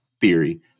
theory